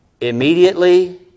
immediately